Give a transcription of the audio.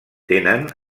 tenen